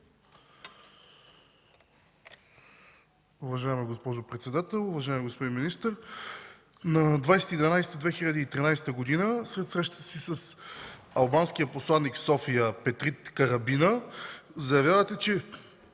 Уважаема госпожо председател, уважаеми господин министър! На 20 ноември 2013 г. след срещата си с албанския посланик в София Петрит Карабина заявявате, че